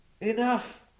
Enough